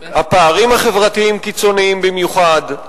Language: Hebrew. הפערים החברתיים קיצוניים במיוחד,